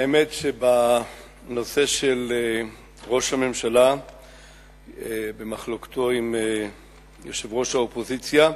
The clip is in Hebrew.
האמת שבנושא של ראש הממשלה ומחלוקתו עם יושבת-ראש האופוזיציה,